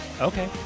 Okay